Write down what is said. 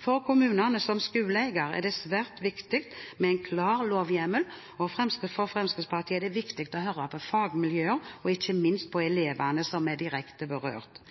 For kommunene som skoleeiere er det svært viktig med en klar lovhjemmel. For Fremskrittspartiet er det viktig å høre på fagmiljøer og ikke minst på elevene som er direkte berørt.